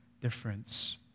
difference